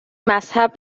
مذهب